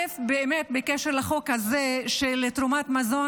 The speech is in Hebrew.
באמת בקשר לחוק הזה של תרומת מזון,